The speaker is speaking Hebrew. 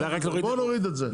בואו נוריד את זה.